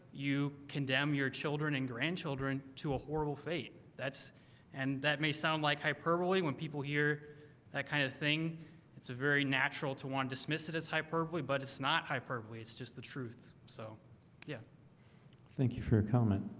you condemn your children and grandchildren to a horrible fate that's and that may sound like hyperbole when people hear that kind of thing it's a very natural to one dismiss it as hyperbole, but it's not hyperbole. it's just the truth. so yeah thank you for your comment